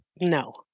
No